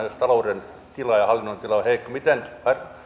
jos talouden tila ja hallinnon tila ovat heikkoja miten